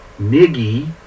Niggy